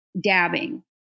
dabbing